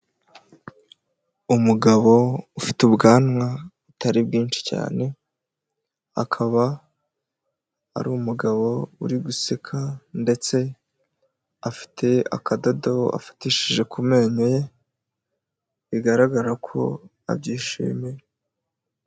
Umugabo ufite ubwanwa butari bwinshi cyane, akaba ari umugabo uri guseka ndetse afite akadodo afatishije ku menyo ye bigaragara ko abyishimiye.